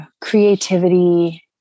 creativity